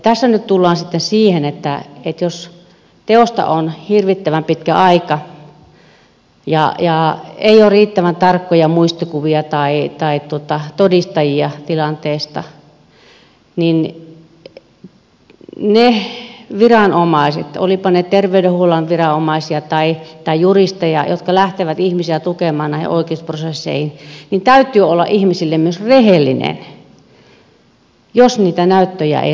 tässä nyt tullaan sitten siihen että jos teosta on hirvittävän pitkä aika eikä ole riittävän tarkkoja muistikuvia tai todistajia tilanteesta niin olivatpa ne terveydenhuollon viranomaisia tai juristeja jotka lähtevät ihmisiä tukemaan näihin oikeusprosesseihin niin täytyy olla ihmisille myös rehellinen jos niitä näyttöjä ei riittävästi löydy